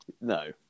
No